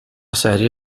serie